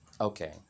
Okay